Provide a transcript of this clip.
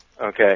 Okay